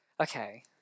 Okay